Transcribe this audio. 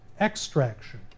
Extraction